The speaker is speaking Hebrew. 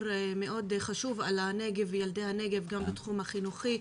מאוד חשוב על הנגב וילדי הנגב גם בתחום החינוכי,